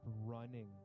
running